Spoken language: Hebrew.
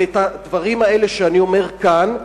ואת הדברים האלה שאני אומר כאן,